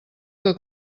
que